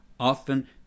Often